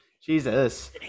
jesus